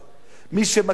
מי שמכיר את זה מקרוב,